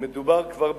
מדובר כבר בקלקול.